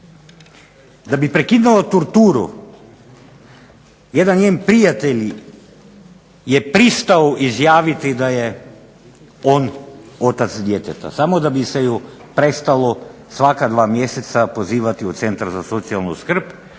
Da bi prekinuo torturu jedan njen prijatelj je pristao izjaviti da je on otac djeteta, samo da bi se ju prestalo svaka 2 mjeseca pozivati u Centar za socijalnu skrb